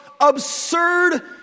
absurd